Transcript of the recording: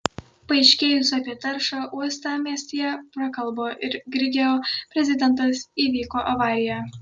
paaiškėjus apie taršą uostamiestyje prakalbo ir grigeo prezidentas įvyko avarija